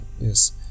yes